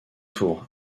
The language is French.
tour